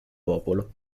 popolo